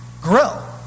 grow